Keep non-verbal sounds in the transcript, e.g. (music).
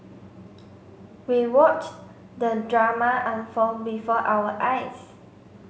(noise) we watched the drama unfold before our eyes